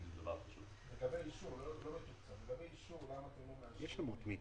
לגבי האישור, למה אתם לא מאשרים מכשירים?